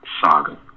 Saga